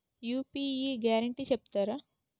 UPI guarantee చెప్తారా?